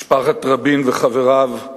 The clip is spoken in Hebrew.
משפחת רבין וחבריו,